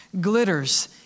glitters